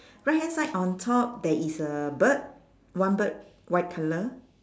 right hand side on top there is a bird one bird white colour